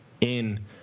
in-